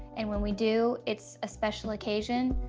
and when we do, it's a special occasion.